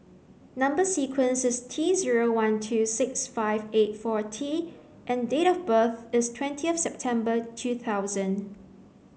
number sequence is T zero one two six five eight four T and date of birth is twentieth September two thousand